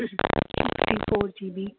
sixty four GB